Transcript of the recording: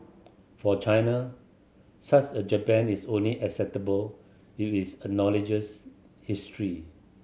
for China such a Japan is only acceptable if is acknowledges history